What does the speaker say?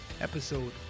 episode